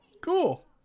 Cool